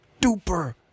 duper